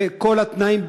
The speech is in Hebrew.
וכל התנאים,